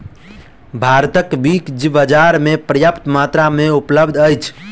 भारतक बीज बाजार में पर्याप्त मात्रा में उपलब्ध अछि